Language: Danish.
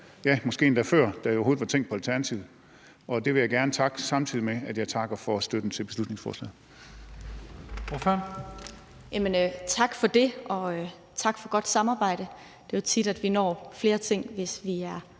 ja, måske endda før der overhovedet var tænkt på Alternativet. Det vil jeg gerne takke for, samtidig med at jeg takker for støtten til beslutningsforslaget.